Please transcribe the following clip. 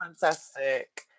Fantastic